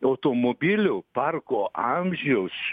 automobilių parko amžiaus